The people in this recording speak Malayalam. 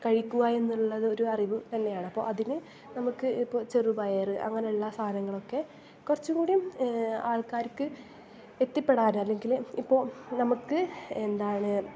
കഴിക്കുക എന്നുള്ളത് ഒരു അറിവ് തന്നെയാണ് അപ്പോൾ അതിനു നമുക്ക് ഇപ്പോൾ ചെറുപയറ് അങ്ങനെയുള്ള സാധനങ്ങളൊക്കെ കുറച്ചുംകൂടി ആൾക്കാർക്ക് എത്തിപ്പെടാൻ അല്ലെങ്കിൽ ഇപ്പോൾ നമുക്ക് എന്താണ്